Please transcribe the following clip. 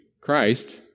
Christ